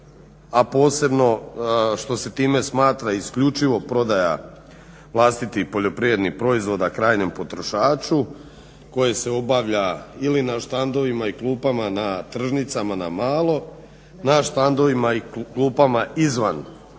a posebno što se time smatra isključivo prodaja vlastitih poljoprivrednih proizvoda krajnjem potrošaču koji se obavlja ili na štandovima i klupama na tržnicama na malo, na štandovima i klupama izvan